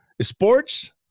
sports